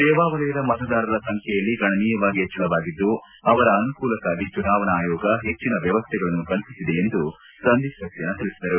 ಸೇವಾ ವಲಯದ ಮತದಾರರ ಸಂಖ್ಯೆಯಲ್ಲಿ ಗಣನೀಯವಾಗಿ ಹೆಚ್ಚಳವಾಗಿದ್ದು ಅವರ ಅನುಕೂಲಕ್ಕಾಗಿ ಚುನಾವಣಾ ಆಯೋಗ ಹೆಚ್ಚಿನ ವ್ಯವಸ್ಥೆಗಳನ್ನು ಕಲ್ಪಿಸಿದೆ ಎಂದು ಸಂದೀಪ್ ಸಕ್ಸೇನಾ ತಿಳಿಸಿದರು